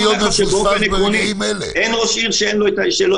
ברור לי שחלק מהאנשים יוכלו לבוא ולהגיד שלראש עיר יהיה גם וטו,